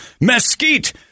mesquite